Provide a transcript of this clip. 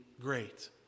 great